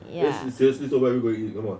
yes you seriously so where going to eat come ongoing